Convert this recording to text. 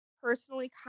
personally